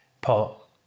Paul